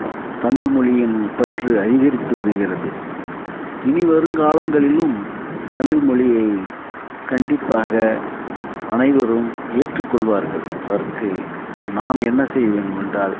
தமிழ் மொழியின் பற்று அதிகரித்து வருகிறது இனி வரும் காலங்களிலும் தமிழ் மொழியை கண்டிப்பாக அனைவரும் ஏற்றுக்கொள்வார்கள் அதற்கு நாம் என்ன செய்யவேணுமென்றால்